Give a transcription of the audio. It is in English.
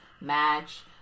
match